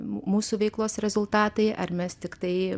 mūsų veiklos rezultatai ar mes tiktai